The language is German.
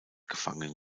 gefangenen